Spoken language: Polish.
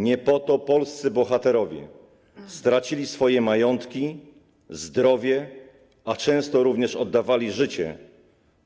Nie po to polscy bohaterowie stracili swoje majątki, zdrowie, a często również oddawali życie,